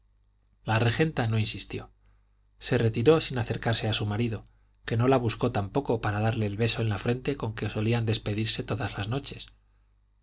la regenta no insistió se retiró sin acercarse a su marido que no la buscó tampoco para darle el beso en la frente con que solían despedirse todas las noches